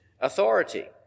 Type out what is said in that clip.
authority